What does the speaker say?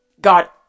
God